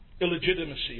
Illegitimacy